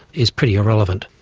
is pretty irrelevant.